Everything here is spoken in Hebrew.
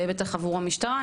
בטח עבור המשטרה,